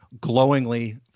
glowingly